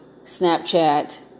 Snapchat